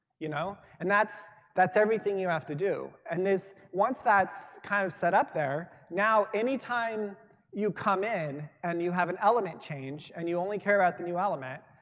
you know and that's that's everything you have to do. and once that's kind of set-up there, now any time you come in and you have an element change, and you only care about the new element,